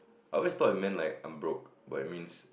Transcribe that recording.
I was thought it meant like I'm broke but it means